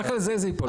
רק על זה זה ייפול.